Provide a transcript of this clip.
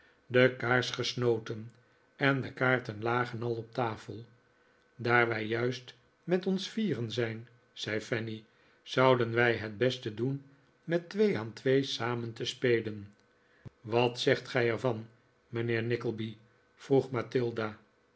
de kaars gesnoten en de kaarten lagen al op tafel daar wij juist met ons vieren zijn zei fanny zouden wij het beste doen met twee aan twee samen te spelen wat zegt gij er van mijnheer nickleby